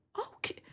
okay